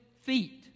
feet